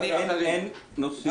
אין נושאים?